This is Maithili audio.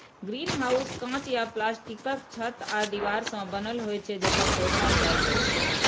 ग्रीनहाउस कांच या प्लास्टिकक छत आ दीवार सं बनल होइ छै, जतय पौधा उगायल जाइ छै